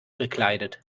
gekleidet